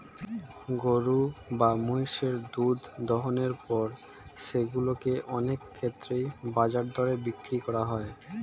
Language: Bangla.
গরু বা মহিষের দুধ দোহনের পর সেগুলো কে অনেক ক্ষেত্রেই বাজার দরে বিক্রি করা হয়